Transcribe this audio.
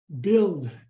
build